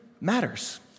matters